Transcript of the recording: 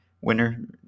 winner